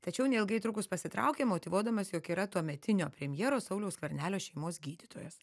tačiau neilgai trukus pasitraukė motyvuodamas jog yra tuometinio premjero sauliaus skvernelio šeimos gydytojas